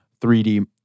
3D